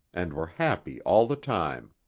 and were happy all the time.